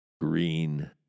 Green